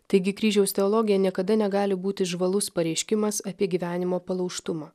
taigi kryžiaus teologija niekada negali būti žvalus pareiškimas apie gyvenimo palaužtumą